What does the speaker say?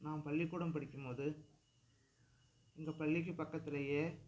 நான் பள்ளிக்கூடம் படிக்கும் போது எங்கள் பள்ளிக்குப் பக்கத்துலேயே